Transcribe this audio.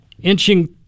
inching